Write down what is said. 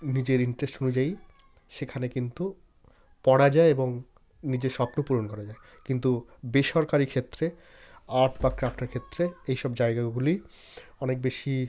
নিজের ইন্টারেস্ট অনুযায়ী সেখানে কিন্তু পড়া যায় এবং নিজের স্বপ্ন পূরণ করা যায় কিন্তু বেসরকারি ক্ষেত্রে আর্ট বা ক্রাফটের ক্ষেত্রে এই সব জায়গাগুলি অনেক বেশি